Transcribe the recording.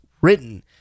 written